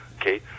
okay